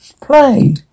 play